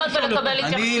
שאלות ולקבל התייחסויות.